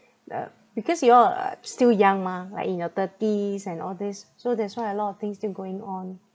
the because you all are still young mah like in your thirties and all this so that's why a lot of things still going on